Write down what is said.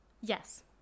Yes